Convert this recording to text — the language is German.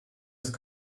ist